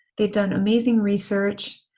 they've done amazing research.